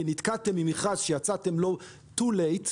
כי נתקעתם עם מכרז שיצאתם אליו מאוחר מדי,